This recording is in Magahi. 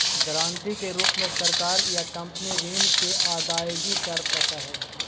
गारंटर के रूप में सरकार या कंपनी ऋण के अदायगी कर सकऽ हई